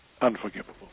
Unforgivable